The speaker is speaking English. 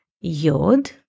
Yod